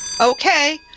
Okay